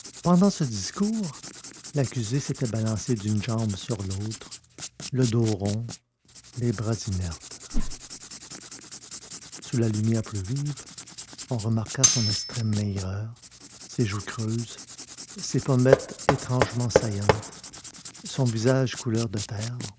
pendant ce discours l'accusé s'était balancé d'une jambe sur l'autre le dos rond les bras inertes sous la lumière plus vive on remarqua son extrême maigreur ses joues creuses ses pommettes étrangement saillantes son visage couleur de terre